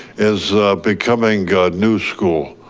is becoming new school.